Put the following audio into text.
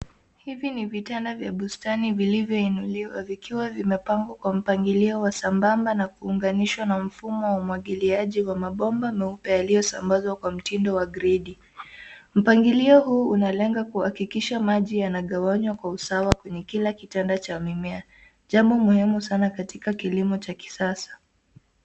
Hivi ni vitanda vya bustani vilivyo inuliwa vikiwa vimepangwa kwa mpangilio wa sambamba na kuunganishwa na mfumo wa umwagiliaji wa mabomba meupe yaliyo sambazwa kwa mtindo wa gredi. Mpangilio huu unalenga kuhakikisha maji yanagawanywa kwa usawa kwenye kila kitanda cha mimea, jambo muhimu sana katika kilimo cha kisasa.